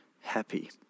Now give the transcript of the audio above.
happy